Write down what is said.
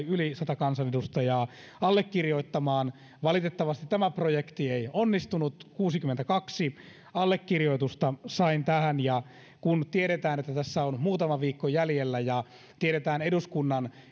yli sata kansanedustajaa allekirjoittamaan valitettavasti tämä projekti ei onnistunut ja kuusikymmentäkaksi allekirjoitusta sain tähän ja kun tiedetään että tässä on muutama viikko jäljellä ja tiedetään eduskunnan